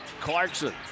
Clarkson